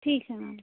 ठीक है मैम